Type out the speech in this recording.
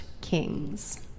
kings